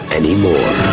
anymore